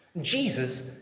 Jesus